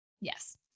yes